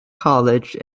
college